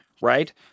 right